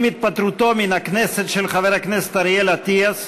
עם התפטרותו מהכנסת של חבר הכנסת אריאל אטיאס,